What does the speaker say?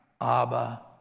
Abba